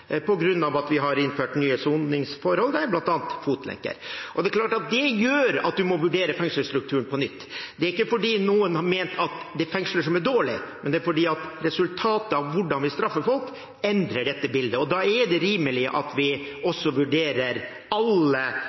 gjør at man må vurdere fengselsstrukturen på nytt. Det er ikke fordi noen har ment at det er fengsler som er dårlige, men det er fordi resultatet av hvordan vi straffer folk, endrer dette bildet. Da er det rimelig at vi vurderer alle